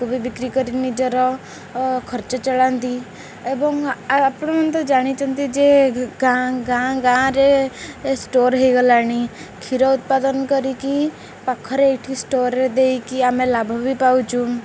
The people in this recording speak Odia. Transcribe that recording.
ବିକ୍ରି କରି ନିଜର ଖର୍ଚ୍ଚ ଚଳାନ୍ତି ଏବଂ ଆପଣ ତ ଜାଣିଛନ୍ତି ଯେ ଗାଁ ଗାଁ ଗାଁରେ ଷ୍ଟୋର୍ ହେଇଗଲାଣି କ୍ଷୀର ଉତ୍ପାଦନ କରିକି ପାଖରେ ଏଇଠି ଷ୍ଟୋର୍ରେ ଦେଇକି ଆମେ ଲାଭ ବି ପାଉଛୁ